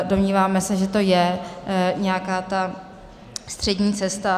Domníváme se, že to je nějaká ta střední cesta.